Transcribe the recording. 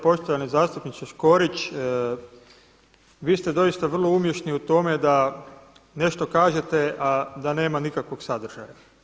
Poštovani zastupniče Škorić, vi ste doista umješni u tome da nešto kažete, a da nema nikakvog sadržaja.